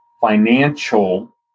financial